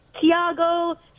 Tiago